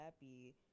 happy